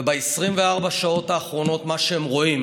וב-24 השעות האחרונות מה שהם רואים